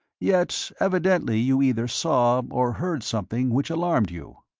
yet, evidently you either saw or heard something which alarmed you.